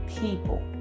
people